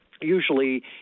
Usually